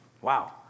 Wow